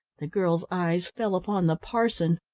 the girl's eyes fell upon the parson.